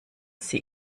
sie